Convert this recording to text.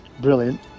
Brilliant